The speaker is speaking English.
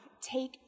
take